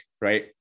right